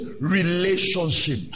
Relationship